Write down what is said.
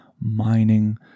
mining